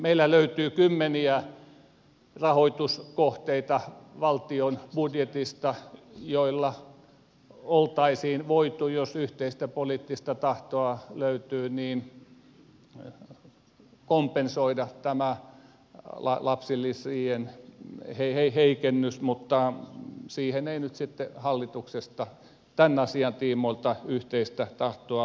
meillä löytyy valtion budjetista kymmeniä rahoituskohteita joilla oltaisiin voitu jos yhteistä poliittista tahtoa löytyisi kompensoida tämä lapsilisien heikennys mutta siihen ei nyt sitten hallituksesta tämän asian tiimoilta yhteistä tahtoa löytynyt